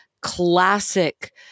classic